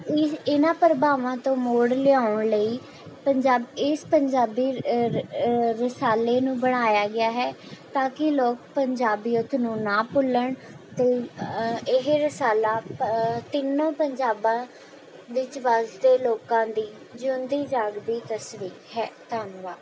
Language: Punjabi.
ਇਹ ਇਨ੍ਹਾਂ ਪ੍ਰਭਾਵਾਂ ਤੋਂ ਮੋੜ ਲਿਆਉਣ ਲਈ ਪੰਜਾਬ ਇਸ ਪੰਜਾਬੀ ਰ ਰਸਾਲੇ ਨੂੰ ਬਣਾਇਆ ਗਿਆ ਹੈ ਤਾਂ ਕਿ ਲੋਕ ਪੰਜਾਬੀਅਤ ਨੂੰ ਨਾ ਭੁੱਲਣ ਅਤੇ ਇਹ ਰਸਾਲਾ ਤਿੰਨੋਂ ਪੰਜਾਬਾਂ ਵਿੱਚ ਵਸਦੇ ਲੋਕਾਂ ਦੀ ਜਿਉਂਦੀ ਜਾਗਦੀ ਤਸਵੀਰ ਹੈ ਧੰਨਵਾਦ